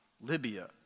Libya